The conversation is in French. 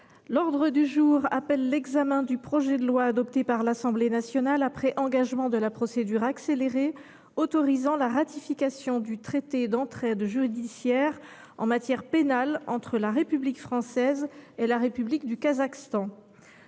L’ordre du jour appelle l’examen du projet de loi, adopté par l’Assemblée nationale après engagement de la procédure accélérée, autorisant la ratification du traité d’entraide judiciaire en matière pénale entre la République française et la République du Kazakhstan